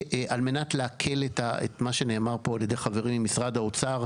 על מנת להקל את מה שנאמר פה על ידי חברי ממשרד האוצר,